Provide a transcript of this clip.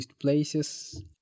places